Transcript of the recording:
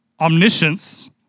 omniscience